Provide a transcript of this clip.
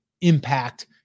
impact